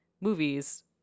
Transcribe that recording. movies